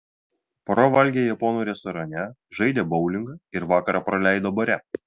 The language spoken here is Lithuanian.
pora valgė japonų restorane žaidė boulingą ir vakarą praleido bare